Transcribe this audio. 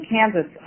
Kansas